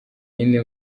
yindi